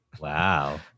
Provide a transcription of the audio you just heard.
wow